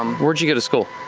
um where'd you go to school?